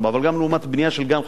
אבל גם לעומת בנייה של גן-חובה,